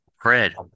Fred